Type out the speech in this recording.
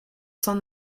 san